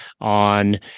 on